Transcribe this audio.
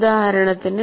ഉദാഹരണത്തിന്